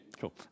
cool